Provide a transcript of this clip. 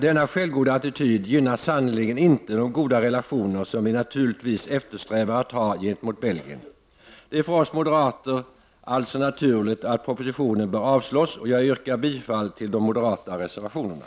Denna självgoda attityd gynnar sannerligen inte de goda relationer som vi naturligtvis eftersträvar att ha gentemot Belgien. Det är alltså för oss moderater naturligt att propositionen bör avslås, och jag yrkar bifall till de moderata reservationerna.